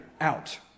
out